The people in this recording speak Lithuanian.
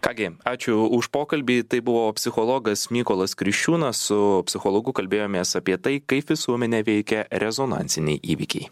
ką gi ačiū už pokalbį tai buvo psichologas mykolas kriščiūnas su psichologu kalbėjomės apie tai kaip visuomenę veikia rezonansiniai įvykiai